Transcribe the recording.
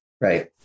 right